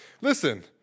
Listen